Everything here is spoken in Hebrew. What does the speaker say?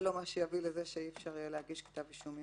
זה לא מה שיביא לזה שאי אפשר יהיה להגיש כתב אישום.